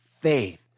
faith